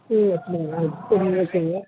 சரி சரிங்க